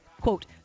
quote